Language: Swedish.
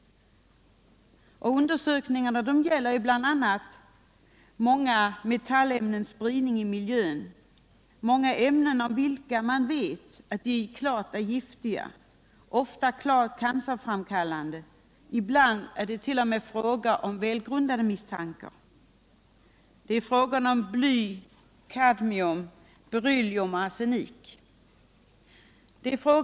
Undersökningarna gäller bl.a. många metallämnens spridning i miljön. Man vet att dessa ämnen är giftiga, ofta cancerframkallande. Ibland är det t.o.m. fråga om välgrundade misstankar. Det gäller bly, kadmium, beryllium och arsenik.